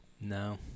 No